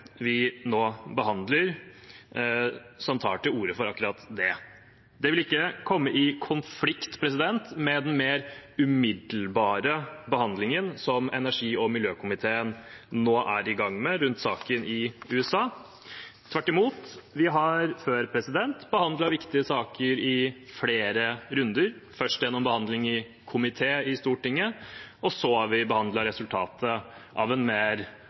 Det vil ikke komme i konflikt med den mer umiddelbare behandlingen som energi- og miljøkomiteen nå er i gang med rundt saken i USA – tvert imot. Vi har før behandlet viktige saker i flere runder – først gjennom behandling i komité i Stortinget, og så har vi behandlet resultatet av en mer